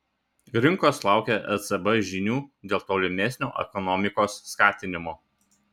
rinkos laukia ecb žinių dėl tolimesnio ekonomikos skatinimo